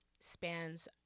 spans